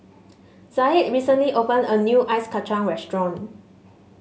Zaid recently opened a new Ice Kacang restaurant